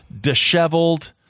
disheveled